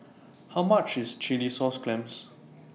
How much IS Chilli Sauce Clams